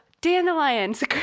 dandelions